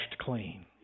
clean